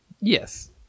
Yes